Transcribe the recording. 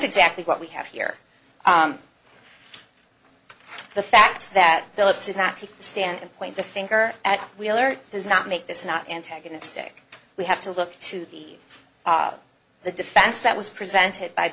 exactly what we have here the fact that phillips would not take the stand and point the finger at wheeler does not make this not antagonistic we have to look to the the defense that was presented by